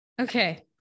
Okay